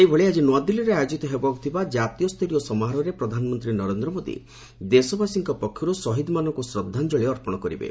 ସେହିଭଳି ଆଜି ନ୍ତ୍ରଆଦିଲ୍ଲୀରେ ଆୟୋକିତ ହେବାକୁ ଥିବା କ୍ଷାତୀୟ ସ୍ତରୀୟ ସମାରୋହରେ ପ୍ରଧାନମନ୍ତ୍ରୀ ନରେନ୍ଦ୍ର ମୋଦୀ ଦେଶବାସୀଙ୍କ ପକ୍ଷରୁ ଶହୀଦ୍ମାନଙ୍କୁ ଶ୍ରଦ୍ଧାଞ୍ଜଳୀ ଅର୍ପଣ କରିବେ